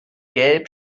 gelb